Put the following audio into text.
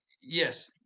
Yes